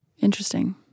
Interesting